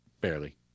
barely